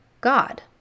god